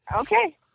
Okay